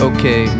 Okay